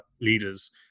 leaders